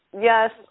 Yes